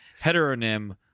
heteronym